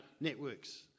networks